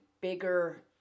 bigger